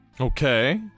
Okay